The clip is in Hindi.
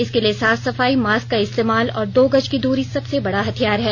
इसके लिए साफ सफाई मास्क का इस्तेमाल और दो गज की दूरी सबसे बड़ा हथियार है